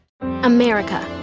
America